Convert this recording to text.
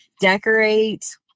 decorate